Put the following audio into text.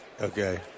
okay